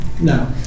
No